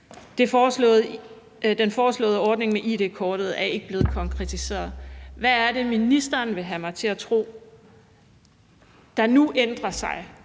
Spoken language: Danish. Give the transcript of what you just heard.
Den foreslåede ordning med id-kortet er ikke blevet konkretiseret. Hvad er det, ministeren vil have mig til at tro nu ændrer sig,